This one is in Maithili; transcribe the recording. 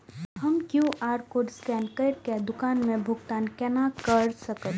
हम क्यू.आर कोड स्कैन करके दुकान में भुगतान केना कर सकब?